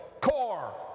core